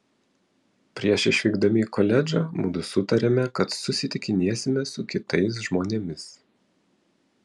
prieš išvykdami į koledžą mudu sutarėme kad susitikinėsime su kitais žmonėmis